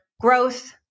growth